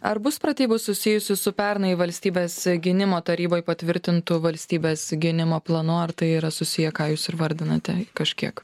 ar bus pratybų susijusių su pernai valstybės gynimo taryboj patvirtintu valstybės gynimo planu ar tai yra susiję ką jūs ir vardinate kažkiek